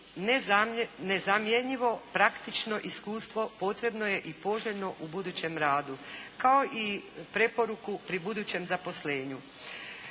nezamjenjivo, praktično iskustvo potrebno je i poželjno u budućem radu, kao i preporuku pri budućem zaposlenju.